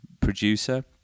producer